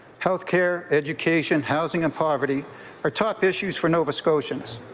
health care, education, housing and poverty are top issues for nova scotians.